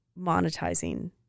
monetizing